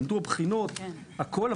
הם עברו בחינות והכול,